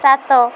ସାତ